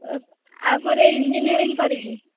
ଆ ପରେ ଇଞ୍ଜିନିୟରିଂ କରିବି